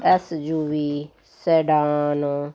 S U V sedan